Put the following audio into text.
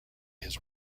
his